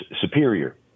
superior